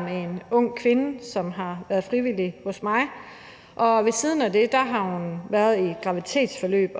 med en ung kvinde, som har været frivillig hos mig. Ved siden af det har hun været i et graviditetsforløb,